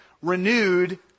renewed